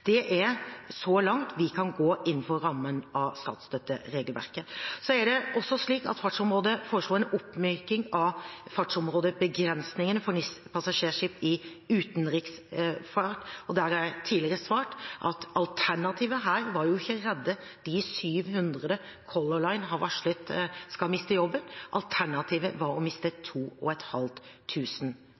Det er så langt vi kan gå innenfor rammene av statsstøtteregelverket. Fartsområdeutvalget foreslår også en oppmykning av fartsområdebegrensningene for NIS-passasjerskip i utenriksfart. Der har jeg tidligere svart at alternativet her ikke var å redde de 700 Color Line har varslet skal miste jobben. Alternativet var å miste